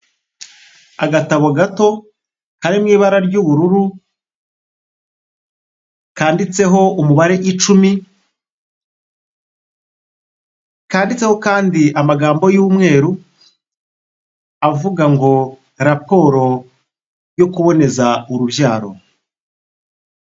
Agatabo gato kari mu ibara ry'ubururu, kanditseho umubare icumi, kanditseho kandi amagambo y'umweru avuga ngo "raporo yo kuboneza urubyaro."